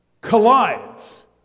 collides